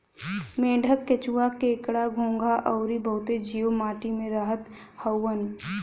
मेंढक, केंचुआ, केकड़ा, घोंघा अउरी बहुते जीव माटी में रहत हउवन